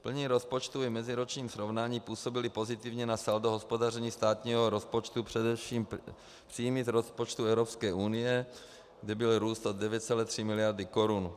V plnění rozpočtu v meziročním srovnání působily pozitivně na saldo hospodaření státního rozpočtu především příjmy z rozpočtu Evropské unie, kde byl růst o 9,3 mld. Kč.